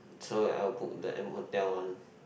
so wait I will book the M-Hotel one